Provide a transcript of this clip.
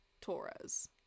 Torres